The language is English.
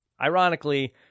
Ironically